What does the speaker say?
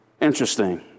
Interesting